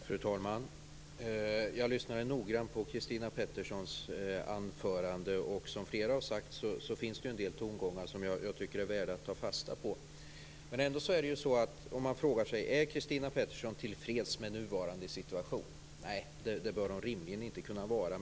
Fru talman! Jag lyssnade noga på Christina Petterssons anförande. Som flera har sagt tidigare finns det en del tongångar som jag tycker är värda att ta fasta på. Är Christina Pettersson till freds med nuvarande situation? Nej, det bör hon rimligen inte kunna vara.